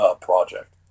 project